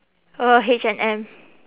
ugh H&M